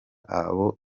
abo